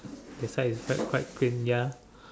that side is quite quite clean ya